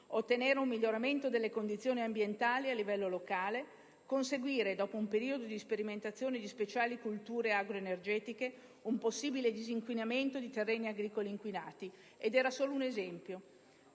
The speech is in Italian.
ottenere un miglioramento delle condizioni ambientali a livello locale; il conseguimento, dopo un periodo di sperimentazione di speciali colture agroenergetiche, di un possibile disinquinamento di terreni agricoli inquinati. Questi erano solo alcuni esempi.